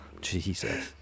jesus